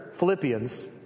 Philippians